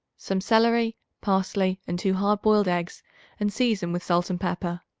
some celery, parsley and two hard-boiled eggs and season with salt and pepper.